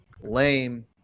lame